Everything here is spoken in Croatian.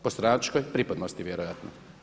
Po stranačkoj pripadnosti vjerojatno.